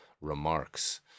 remarks